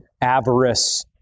avarice